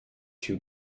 two